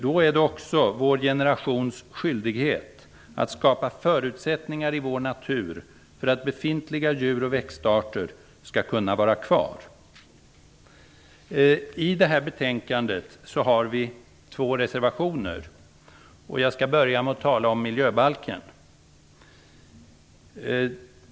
Då är det också vår generations skyldighet att skapa förutsättningar i vår natur för att befintliga djur och växtarter skall kunna vara kvar. I det här betänkandet finns det två reservationer från oss i Folkpartiet. Jag skall börja med att tala om miljöbalken.